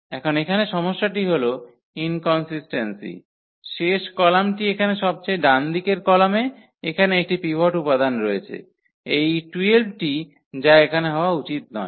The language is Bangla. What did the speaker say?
এখন এখানে সমস্যাটি হল ইনকনসিস্ট্যান্সি শেষ কলামটি এখানে সবচেয়ে ডানদিকের কলামে এখানে একটি পিভট উপাদান রয়েছে এই 12 টি যা এখানে হওয়া উচিত নয়